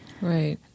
Right